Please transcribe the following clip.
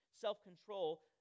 self-control